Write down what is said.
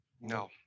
No